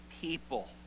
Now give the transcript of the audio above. people